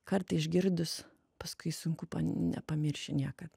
kartą išgirdus paskui sunku nepamirši niekad